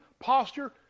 posture